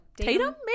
Tatum